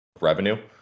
revenue